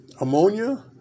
ammonia